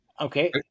Okay